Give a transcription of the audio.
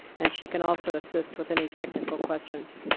and she can also assist with any technical questions.